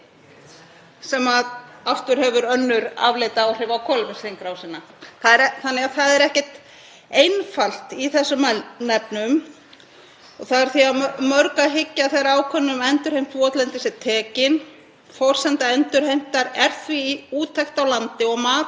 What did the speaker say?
Það er því að mörgu að hyggja þegar ákvörðun um endurheimt votlendis er tekin. Forsenda endurheimtar er því úttekt á landi og mat á aðstæðum á hverjum stað. Ég hef því lagt fram allítarlegar, skriflegar spurningar til ráðherra um mat á áhrifum af endurheimt.